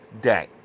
day